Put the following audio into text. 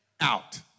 out